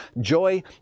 joy